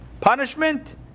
punishment